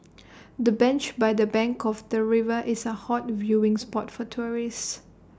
the bench by the bank of the river is A hot viewing spot for tourists